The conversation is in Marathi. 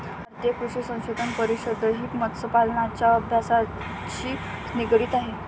भारतीय कृषी संशोधन परिषदही मत्स्यपालनाच्या अभ्यासाशी निगडित आहे